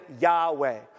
Yahweh